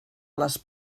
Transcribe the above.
les